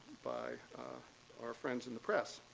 by our friends in the press.